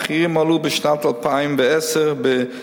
המחירים עלו בשנת 2010 ב-1.5%,